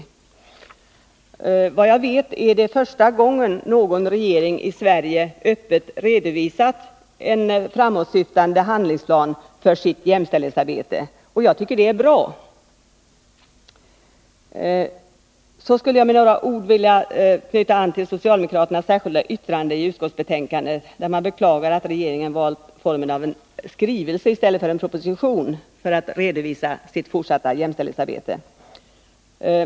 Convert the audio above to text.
Såvitt jag vet är det första gången någon regering i Sverige öppet redovisat en framåtsyftande handlingsplan för sitt jämställdhetsarbete, och jag tycker att det är bra att vi har gjort det. Så skulle jag med några ord vilja beröra socialdemokraternas särskilda yttrande till utskottsbetänkandet, där man beklagar att regeringen valt formen av en regeringsskrivelse i stället för en proposition för att redovisa sitt fortsatta jämställdhetsarbete.